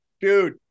Dude